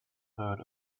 heard